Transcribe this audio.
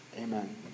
amen